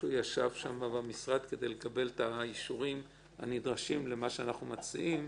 ישב שם במשרד לקבל את האישורים הנדרשים למה שאנחנו מציעים.